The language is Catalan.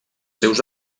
seus